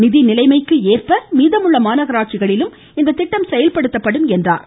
நிதிநிலைமைக்கு ஏற்ப மீதமுள்ள மாநகராட்சிகளிலும் இத்திட்டம் செயல்படுத்தப்படும் என்றார்